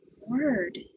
word